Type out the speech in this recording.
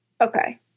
Okay